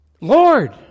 Lord